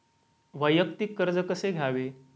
वैयक्तिक कर्ज कसे घ्यावे?